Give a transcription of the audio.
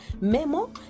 Memo